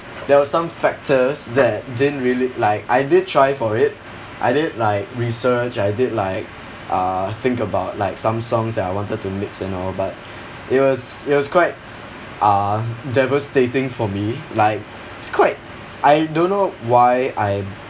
there were some factors that didn't really like I did try for it I did like research I did like uh think about like some songs that I wanted to mix and all but it was it was quite uh devastating for me like it's quite I don't know why I